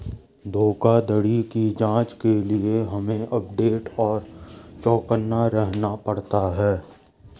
धोखाधड़ी की जांच के लिए हमे अपडेट और चौकन्ना रहना पड़ता है